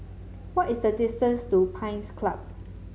what is the distance to Pines Club